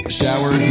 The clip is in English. shower